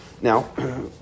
Now